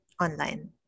online